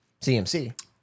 CMC